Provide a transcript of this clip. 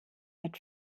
hat